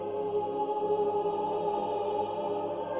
oh.